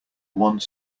one